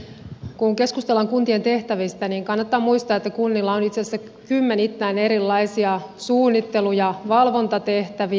kun keskustellaan kuntien tehtävistä niin kannattaa muistaa että kunnilla on itse asiassa kymmenittäin erilaisia suunnittelu ja valvontatehtäviä